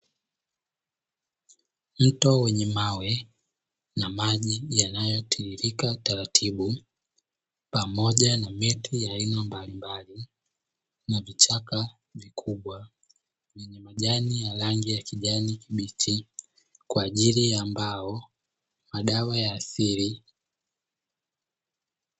Mto wenye mawe na maji yanayo tiririka taratibu pamoja na mito ya aina mbalimbali na vichaka vikubwa yenye majani ya rangi ya kijani kibichi, kwa ajili ya mbao na madawa ya asili.